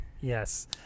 yes